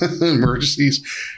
emergencies